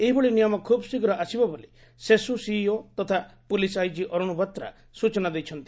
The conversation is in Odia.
ଏହିଭଳି ନିୟମ ଖୁବ୍ ଶୀଘ୍ର ଆସିବ ବୋଲି ସେସ୍ ସିଇଓ ତଥା ପୋଲିସ ଆଇଜି ଅରୁଶ ବୋଥ୍ରା ସୂଚନା ଦେଇଛନ୍ତି